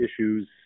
issues